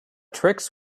tricks